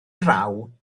draw